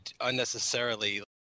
unnecessarily